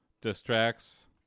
distracts